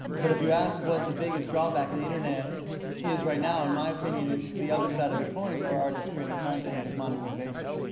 but if you ask what the biggest drawback to the internet is right now, in my opinion, it's the other side of the coin for artists creating content, which is monetization.